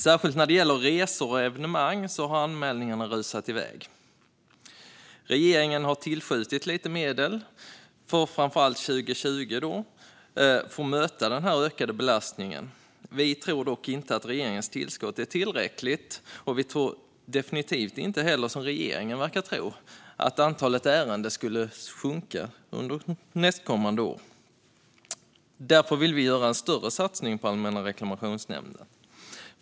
Särskilt när det gäller resor och evenemang har anmälningarna rusat iväg. Regeringen har tillskjutit lite medel, framför allt för 2020, för att möta den ökade belastningen. Vi tror dock inte att regeringens tillskott är tillräckligt. Vi tror definitivt inte, som regeringen verkar tro, att antalet ärenden kommer att minska nästa år. Därför vill vi göra en större satsning på Allmänna reklamationsnämnden.